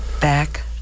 back